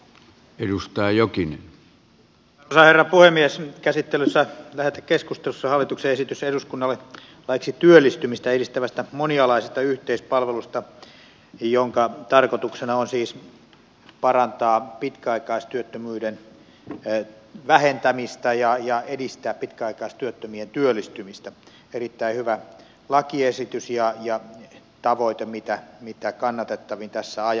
nyt on käsittelyssä lähetekeskustelussa hallituksen esitys eduskunnalle laiksi työllistymistä edistävästä monialaisesta yhteispalvelusta jonka tarkoituksena on siis parantaa pitkäaikaistyöttömyyden vähentämistä ja edistää pitkäaikaistyöttömien työllistymistä erittäin hyvä lakiesitys ja tavoite mitä kannatettavin tässä ajassa